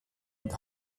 und